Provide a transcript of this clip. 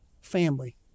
family